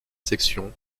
section